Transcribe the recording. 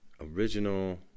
original